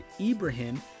Ibrahim